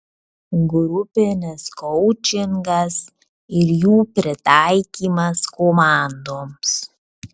grupinis koučingas ir jų pritaikymas komandoms